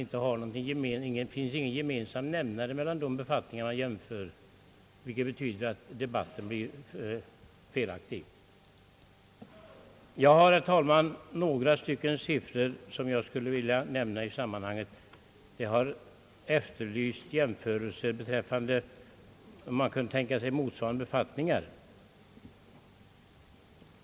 Det finns ingen gemensam nämnare mellan de befattningar man jämför, och det betyder att debatten blir felaktig. Jag har, herr talman, några siffror som jag skulle vilja nämna i sammanhanget. Man har efterlyst jämförelser med motsvarande befattningar.